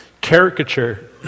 caricature